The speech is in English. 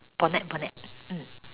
bonnet bonnet mm